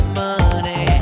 money